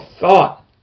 thought